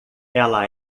ela